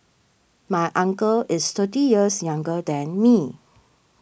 my uncle is thirty years younger than me